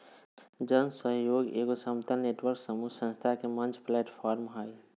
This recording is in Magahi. जन सहइोग एगो समतल नेटवर्क समूह संस्था के मंच प्लैटफ़ार्म हइ